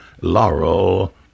Laurel